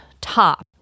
top